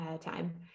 time